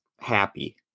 happy